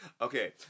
Okay